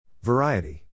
Variety